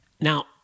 Now